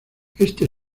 este